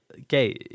Okay